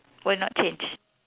will not change